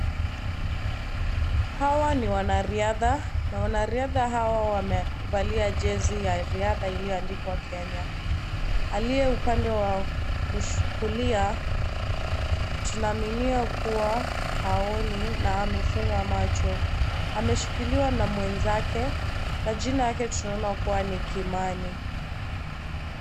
Hawa ni wanariadha na wanariadha hawa wamevalia jezi ya riadha iliyoandikwa Kenya. Aliye upande wa kulia tunaaminia kuwa haoni na amefunga macho. Ameshikiliwa na mwenzake kwa jina yake tunaweza kuona ni Kimani.